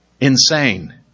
insane